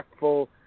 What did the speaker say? impactful